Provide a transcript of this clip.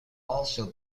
also